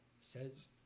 says